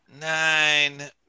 nine